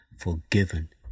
forgiven